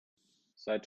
seit